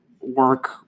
work